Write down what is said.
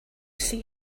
see